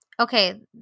Okay